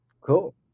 Cool